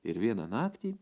ir vieną naktį